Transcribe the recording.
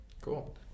Cool